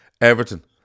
Everton